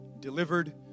delivered